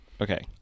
Okay